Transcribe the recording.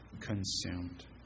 consumed